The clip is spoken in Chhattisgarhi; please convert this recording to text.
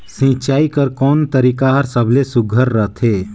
सिंचाई कर कोन तरीका हर सबले सुघ्घर रथे?